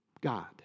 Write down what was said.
God